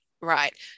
right